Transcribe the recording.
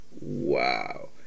Wow